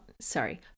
sorry